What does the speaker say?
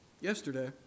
yesterday